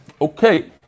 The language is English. Okay